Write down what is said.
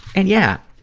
and yeah,